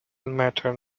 matter